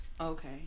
okay